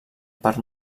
per